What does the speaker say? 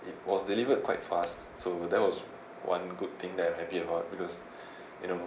it was delivered quite fast so that was one good thing that I'm happy about because you know